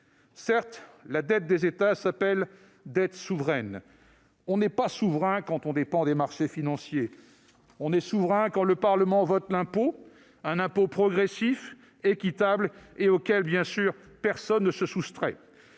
l'État. La dette des États s'appelle « dette souveraine », mais on n'est pas souverain quand on dépend des marchés financiers ! Un pays est souverain quand le Parlement vote l'impôt, un impôt progressif, équitable et auquel, bien sûr, personne ne se soustrait.